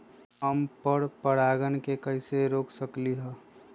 हम पर परागण के कैसे रोक सकली ह?